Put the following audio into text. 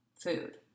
food